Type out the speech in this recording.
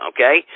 Okay